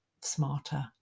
smarter